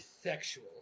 sexual